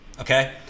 Okay